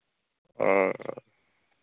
ᱚ